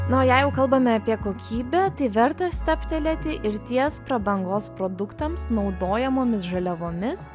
na o jei jau kalbame apie kokybę tai verta stabtelėti ir ties prabangos produktams naudojamomis žaliavomis